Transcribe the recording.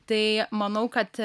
tai manau kad